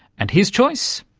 and his choice?